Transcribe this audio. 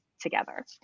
together